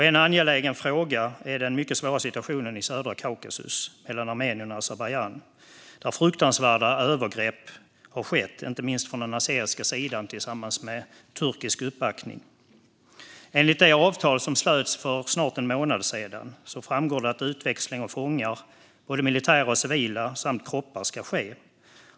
En angelägen fråga är den mycket svåra situationen i södra Kaukasus mellan Armenien och Azerbajdzjan, där fruktansvärda övergrepp har skett, inte minst från den azerbajdzjanska sidan, med turkisk uppbackning. Av det avtal som slöts för snart en månad sedan framgår att utväxling av fångar, både militära och civila, och kroppar ska ske.